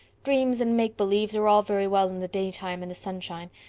dreams and make-believes are all very well in the daytime and the sunshine,